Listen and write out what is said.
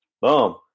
Boom